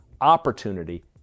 opportunity